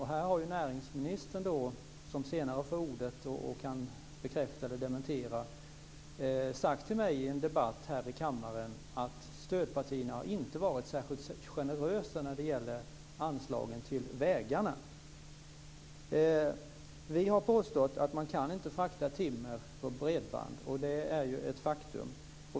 Här har näringsministern, som senare får ordet och kan bekräfta eller dementera det, sagt till mig i en debatt här i kammaren att stödpartierna inte varit särskilt generösa när det gäller anslagen till vägarna. Vi har påstått att man inte kan frakta timmer på bredband. Det är ett faktum.